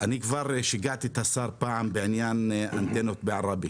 אני כבר שיגעתי את השר פעם בעניין אנטנות בעראבה